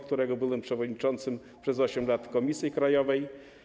Którego byłem przewodniczącym przez 8 lat w komisji krajowej.